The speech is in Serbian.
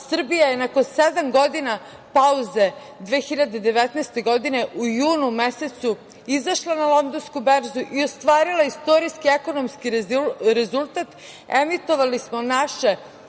Srbija je nakon sedam godina pauze 2019. godine u junu mesecu, izašla na londonsku berzu i ostvarila istorijski ekonomski rezultat. Emitovali smo naše